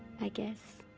i guess.